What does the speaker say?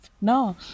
no